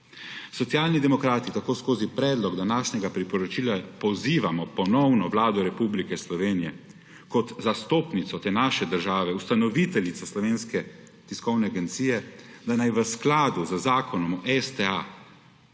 Socialni demokrati tako skozi predlog današnjega priporočila pozivamo ponovno Vlado Republike Slovenije kot zastopnico te naše države, ustanoviteljice Slovenske tiskovne agencije, da naj v skladu z zakonom o STA